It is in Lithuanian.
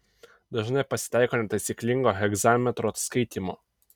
dažnai pasitaiko netaisyklingo hegzametro skaitymo